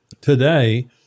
today